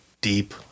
deep